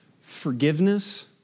Forgiveness